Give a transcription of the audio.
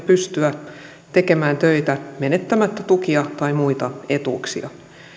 pystyä tekemään töitä menettämättä tukia tai muita etuuksia